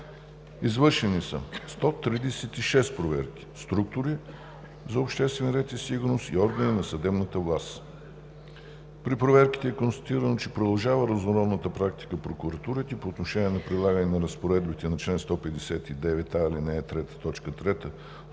Извършени са 136 проверки в структури за обществен ред и сигурност и органи на съдебната власт. При проверките е констатирано, че продължава разнородната практика в прокуратурите по отношение на прилагането на разпоредбите на чл. 159а, ал. 3,